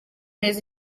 neza